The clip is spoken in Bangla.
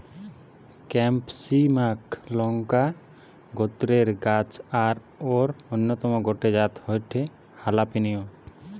ক্যাপসিমাক লংকা গোত্রের গাছ আর অউর অন্যতম গটে জাত হয়ঠে হালাপিনিও